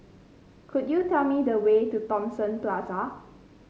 could you tell me the way to Thomson Plaza